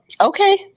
okay